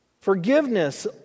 Forgiveness